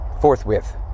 forthwith